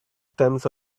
stems